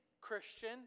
Christian